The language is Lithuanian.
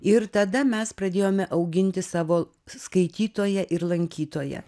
ir tada mes pradėjome auginti savo skaitytoją ir lankytoją